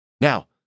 Now